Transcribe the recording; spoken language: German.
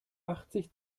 achtzig